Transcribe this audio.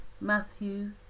Matthew